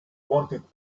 wanted